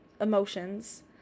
emotions